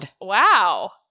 wow